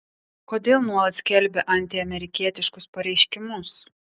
kodėl nuolat skelbia antiamerikietiškus pareiškimus